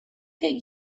get